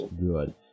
good